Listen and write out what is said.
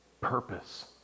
purpose